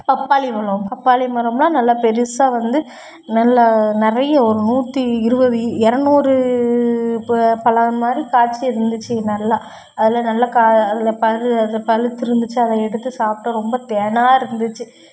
பப்பாளி மரம் பப்பாளி மரம்லாம் நல்லா பெருசாக வந்து நல்லா நிறையா ஒரு நூற்றி இருபது இரநூறு இப்போ பலா மாதிரி காய்ச்சி இருந்துச்சி நல்லா அதில் நல்லா க அதில் பார் அந்த பழுத்து இருந்துச்சா அதை எடுத்து சாப்பிட்டா ரொம்ப தேனா இருந்துச்சி